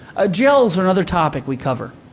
ah gels are another topic we cover.